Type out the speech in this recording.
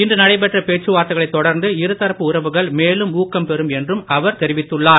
இன்று நடைபெற்ற பேச்சுவார்த்தைகளைத் தொடர்ந்து இருதரப்பு உறவுகள் மேலும் ஊக்கம் பெறும் என்றும் அவர் தெரிவித்துள்ளார்